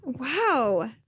Wow